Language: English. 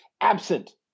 absent